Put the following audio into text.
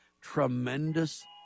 tremendous